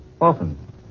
Often